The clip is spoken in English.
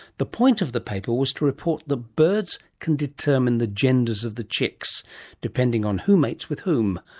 the point of the paper was to report the birds can determine the genders of the chicks depending on who mates with whom.